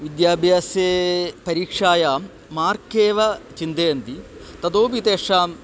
विद्याभ्यासे परीक्षायां मार्क् एव चिन्तयन्ति ततोपि तेषाम्